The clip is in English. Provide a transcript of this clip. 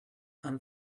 and